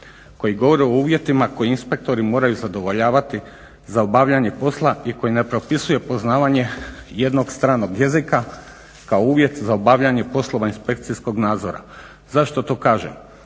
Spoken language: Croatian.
koji govori o uvjetima koje inspektori moraju zadovoljavati za obavljanje posla i koji ne propisuje poznavanje jednog stranog jezika kao uvjet za obavljanje poslova inspekcijskog nadzora. Zašto to kažem?